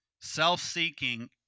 self-seeking